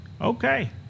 okay